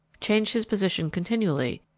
changed his position continually,